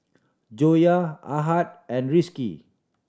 Joyah Ahad and Rizqi